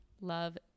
Love